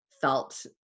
felt